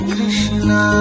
Krishna